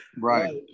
Right